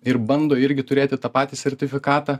ir bando irgi turėti tą patį sertifikatą